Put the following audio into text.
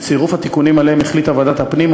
בצירוף התיקונים שעליהם החליטה ועדת הפנים,